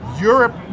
Europe